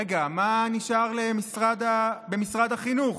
רגע, מה נשאר במשרד החינוך?